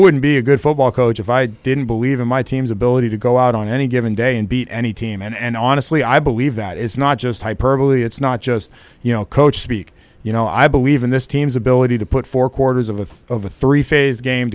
wouldn't be a good football coach if i didn't believe in my team's ability to go out on any given day and beat any team and on asli i believe that it's not just hyperbole it's not just you know coach speak you know i believe in this team's ability to put four quarters of a of a three phase game